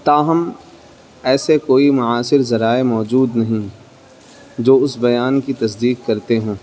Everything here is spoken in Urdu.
تاہم ایسے کوئی معاصر ذرائع موجود نہیں جو اس بیان کی تصدیق کرتے ہوں